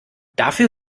dafür